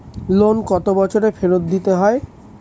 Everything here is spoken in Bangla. লোন কত বছরে ফেরত দিতে হয়?